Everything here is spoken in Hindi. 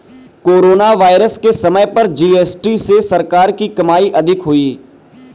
कोरोना वायरस के समय पर जी.एस.टी से सरकार की कमाई अधिक हुई